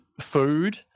food